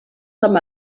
com